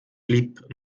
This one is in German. blieb